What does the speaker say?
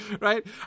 right